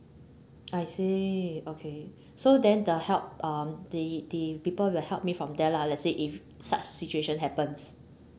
I see okay so then the help uh the the people will help me from there lah let's say if such situation happens